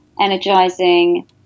energizing